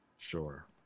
Sure